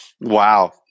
Wow